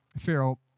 Pharaoh